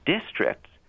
districts